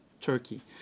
Turkey